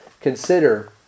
consider